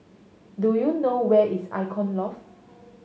do you know where is Icon Loft